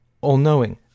all-knowing